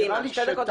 בסדר.